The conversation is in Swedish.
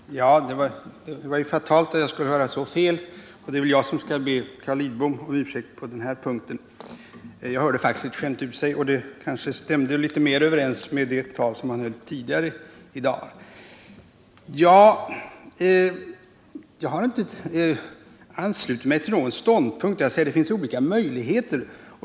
Herr talman! Det var ju fatalt att jag skulle höra så fel, och jag får därför be Carl Lidbom om ursäkt på den här punkten. Jag tyckte faktiskt att Carl Lidbom använde uttrycket ”skämt ut sig” , och det stämde också mer överens med det tal som han höll tidigare i dag. Jag har inte anslutit mig till någon ståndpunkt, utan jag sade att det finns olika möjligheter.